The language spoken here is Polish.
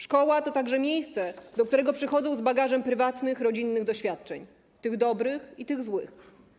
Szkoła to także miejsce, do którego przychodzą z bagażem prywatnych, rodzinnych doświadczeń - tych dobrych i tych złych.